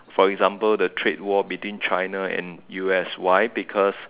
for example the trade war between China and U_S why because